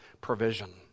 provision